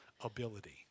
ability